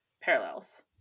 parallels